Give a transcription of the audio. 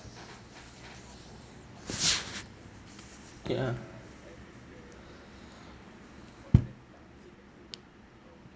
ya